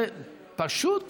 זה פשוט